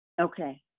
Okay